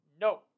no